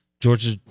Georgia